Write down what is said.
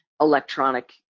electronic